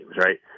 right